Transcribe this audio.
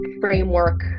framework